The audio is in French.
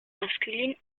masculine